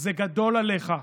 זה גדול עליך.